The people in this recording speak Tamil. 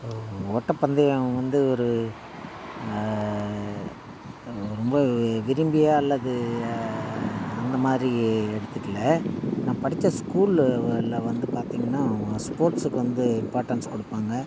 ஸோ ஓட்டப் பந்தயம் வந்து ஒரு ரொம்ப விரும்பிய அல்லது அந்த மாதிரி எடுத்துக்கலை நான் படித்த ஸ்கூலில் உள்ள வந்து பார்த்திங்கனா அவங்க ஸ்போர்ட்ஸுக்கு வந்து இம்பார்ட்டெண்ட்ஸ் கொடுப்பாங்க